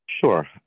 Sure